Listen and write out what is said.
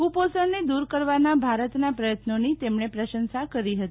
કુપોષણને દુર કરવાના ભારતના પ્રયત્નોની તેમણે પ્રશંશા કરી હતી